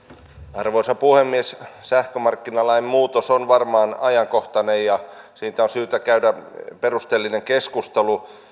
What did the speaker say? arvoisa puhemies sähkömarkkinalain muutos on varmaan ajankohtainen ja siitä on syytä käydä perusteellinen keskustelu